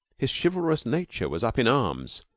his chivalrous nature was up in arms.